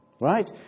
right